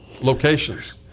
locations